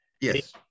Yes